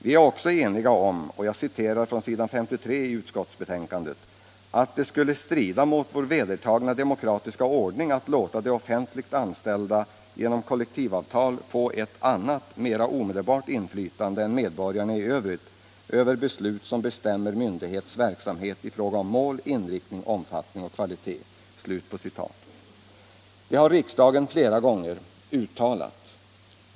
Vi är också eniga om — och jag citerar från s. 55 i betänkandet —- ”att det skulle strida mot vår vedertagna demokratiska ordning att låta de offentliganställda genom kollektivavtal få ett annat, mera omedelbart inflytande än medborgarna i övrigt över beslut som bestämmer myndigheternas verksamhet i fråga om mål, inriktning, omfattning och kvalitet”. Det har riksdagen flera gånger uttalat.